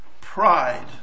pride